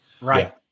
Right